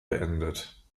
beendet